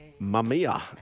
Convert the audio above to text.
Mamiya